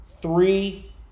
three